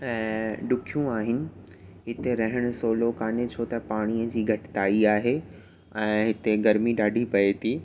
ऐं ॾुखियूं आहिनि हिते रहणु सहुलो कोन्हे छो त पाणीअ जी घटिताई आहे ऐं हिते गर्मी ॾाढी पए थी